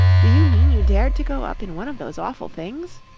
do you mean you dared to go up in one of those awful things?